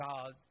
God